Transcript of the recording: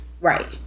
Right